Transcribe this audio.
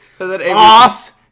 Off